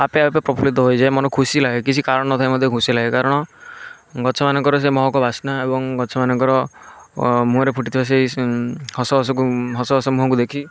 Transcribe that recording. ଆପେ ଆପେ ପ୍ରଫୁଲ୍ଲିତ ହୋଇଯାଏ ମନ ଖୁସି ଲାଗେ କିଛି କାରଣ ନ ଥାଇ ମଧ୍ୟ ବହୁତ ଖୁସି ଲାଗେ କାରଣ ଗଛ ମାନଙ୍କର ସେ ମହକ ବାସ୍ନା ଏବଂ ଗଛ ମାନଙ୍କର ଓ ମୁହଁରେ ଫୁଟି ଥିବା ସେହି ହସ ହସକୁ ହସ ହସ ମୁହଁକୁ ଦେଖି